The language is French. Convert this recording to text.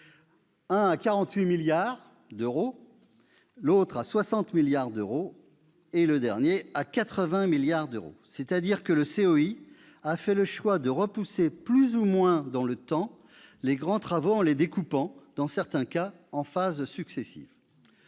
l'un à 48 milliards d'euros, l'autre à 60 milliards d'euros et enfin le dernier à 80 milliards d'euros. C'est-à-dire que le COI a fait le choix de repousser plus ou moins loin dans le temps les grands travaux en les découpant, dans certains cas, en phases successives.